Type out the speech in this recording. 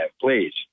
please